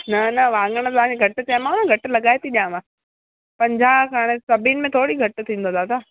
न न वाङण तव्हां खे घटि चयामांव न घटि लॻाए थी ॾियांव पंजाह हाणे सभिनि में थोरी घटि थींदो दादा